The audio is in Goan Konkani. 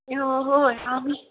हय हांव न्ही